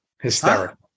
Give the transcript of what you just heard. Hysterical